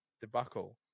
debacle